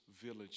village